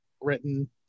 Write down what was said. written